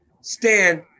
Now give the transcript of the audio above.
Stand